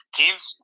teams